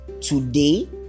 today